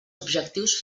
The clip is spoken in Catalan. objectius